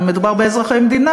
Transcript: מדובר באזרחי המדינה,